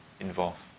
involved